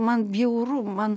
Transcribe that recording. man bjauru man